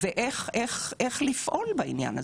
ואיך לפעול בעניין הזה.